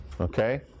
okay